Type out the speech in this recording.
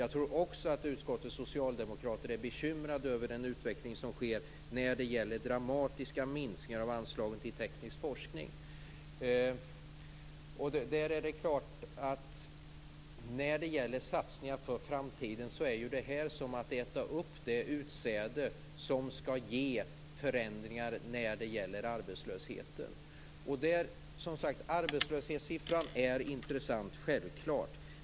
Jag tror också att utskottets socialdemokrater är bekymrade över den utveckling som sker när det gäller dramatiska minskningar av anslagen till teknisk forskning. När det gäller satsningar för framtiden är det här som att äta upp det utsäde som skall ge förändringar när det gäller arbetslösheten. Arbetslöshetssiffran är självklart intressant.